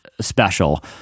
special